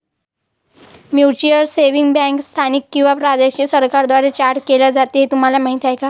Mutual savings बँका स्थानिक किंवा प्रादेशिक सरकारांद्वारे चार्टर्ड केल्या जातात हे तुम्हाला माहीत का?